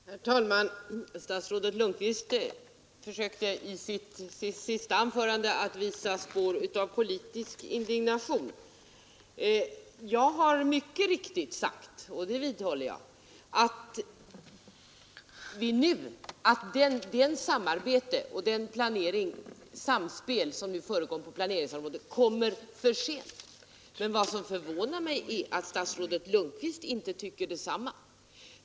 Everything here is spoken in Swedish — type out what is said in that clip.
Herr talman! Statsrådet Lundkvist visade i sitt senaste anförande spår av politisk indignation. Jag har mycket riktigt sagt, och det vidhåller jag, att det samarbete och det samspel som nu förekommer på planeringsområdet kommer för sent. Men vad som förvånar mig är att statsrådet Lundkvist inte tycker detsamma.